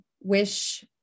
wish